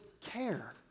care